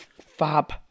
fab